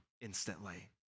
instantly